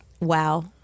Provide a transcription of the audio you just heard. wow